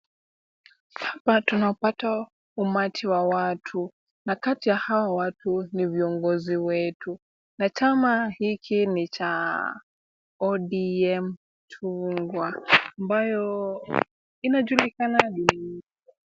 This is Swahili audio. Hapa tunapata umati wa watu na kati ya hawa watu ni viongozi wetu na chama hiki ni cha ODM Chungwa ambayo inajulikana.